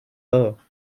low